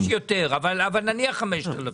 בטח יש יותר, אבל נניח 5,000,